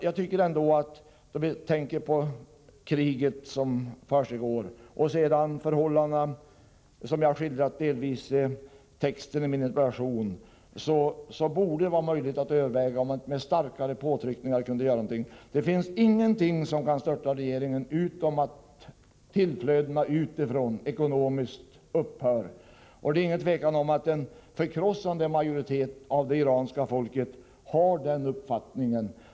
Med tanke på det krig som pågår och de förhållanden som råder och som jag delvis skildrat i texten i min interpellation anser jag att det borde vara möjligt att överväga om man med starkare påtryckningar kan göra någonting. Det finns ingenting som kan störta regeringen i Iran utom ekonomiska åtgärder och att tillflödena utifrån upphör. Utan tvivel har en förkrossande majoritet av det iranska folket den uppfattningen.